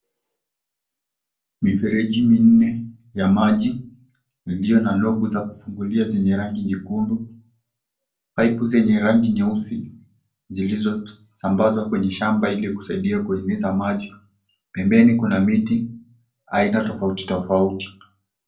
Mifereji minne ya maji iliyo na nobu za kufunguliwa zenye rangi nyekundu, paipu zenye rangi nyeusi zilizo sambazwa kwenye shamba ili kusaidia kueneza maji. Pembeni kuna miti aina tofauti tofauti.